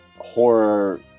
horror